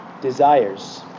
desires